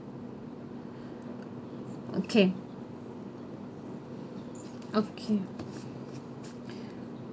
okay okay